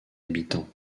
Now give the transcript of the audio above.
habitants